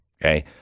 okay